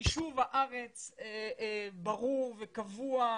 שיישוב הארץ ברור וקבוע,